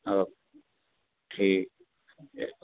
ओ ठीकु जय झूले